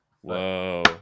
Whoa